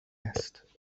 است